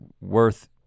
worth